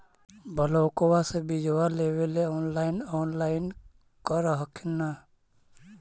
ब्लोक्बा से बिजबा लेबेले ऑनलाइन ऑनलाईन कर हखिन न?